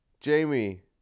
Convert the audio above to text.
Jamie